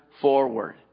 forward